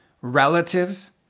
relatives